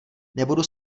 nebudu